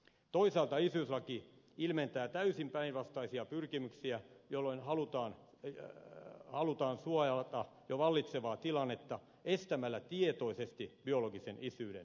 toisaalta isyyslaki ilmentää täysin päinvastaisia pyrkimyksiä jolloin halutaan suojata jo vallitsevaa tilannetta estämällä tietoisesti biologisen isyyden selvittäminen